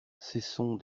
cessons